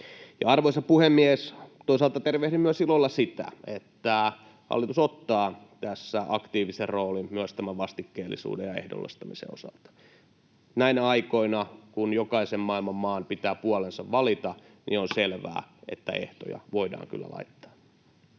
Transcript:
Arvoisa puhemies! Toisaalta tervehdin ilolla sitä, että hallitus ottaa tässä aktiivisen roolin myös tämän vastikkeellisuuden ja ehdollistamisen osalta. Näinä aikoina, kun jokaisen maailman maan pitää puolensa valita, on selvää, että ehtoja voidaan kyllä laittaa.